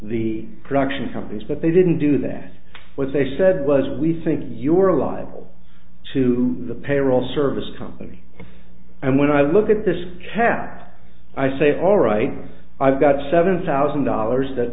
the production companies but they didn't do that what they said was we think you are liable to the payroll service company and when i look at this chap i say alright i've got seven thousand dollars that